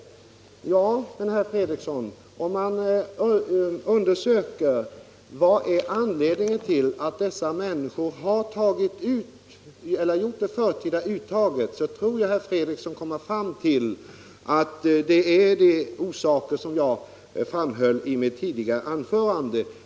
Men om herr Fredriksson undersöker vad anledningen har varit till att dessa människor har gjort det förtida uttaget tror jag han skall finna att orsakerna har varit de som jag framhöll i mitt tidigare anförande.